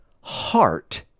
heart